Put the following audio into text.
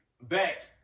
back